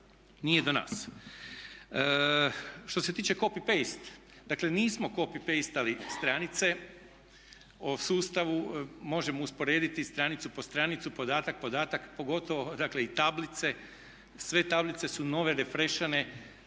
nije do nas. Što se tiče copy-paste, dakle nismo copy-pasteli stranice o sustavu, možemo usporediti stranicu po stranicu, podatak po podatak pogotovo dakle i tablice, sve tablice su nove refrešane.